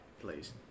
please